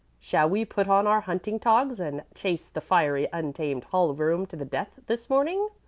shall we put on our hunting togs and chase the fiery, untamed hall-room to the death this morning,